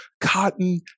cotton